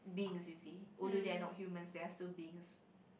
beings you see although they are not humans they are still beings